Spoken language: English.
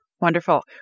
Wonderful